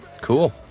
Cool